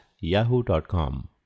yahoo.com